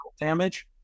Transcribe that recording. damage